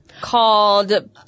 called